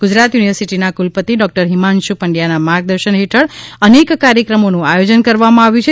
ગુજરાત યુનિવર્સિટીના કુલપતિ ડૉક્ટર હિમાંશુ પંડ્યાના માર્ગદર્શન હેઠળ અનેક કાર્યક્રમોનું આયોજન કરવામાં આવ્યું છે